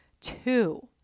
two